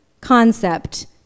concept